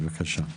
בבקשה.